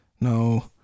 no